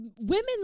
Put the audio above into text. women